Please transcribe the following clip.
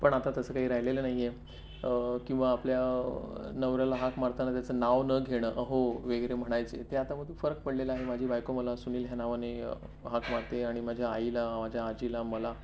पण आता तसं काही राहिलेलं नाही आहे किंवा आपल्या नवऱ्याला हाक मारताना त्याचं नाव न घेणं अहो वगैरे म्हणायचे ते आता मध्ये फरक पडलेला आहे माझी बायको मला सुनील ह्या नावाने हाक मारते आणि माझ्या आईला माझ्या आजीला मला